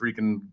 freaking